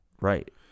Right